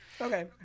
Okay